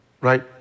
right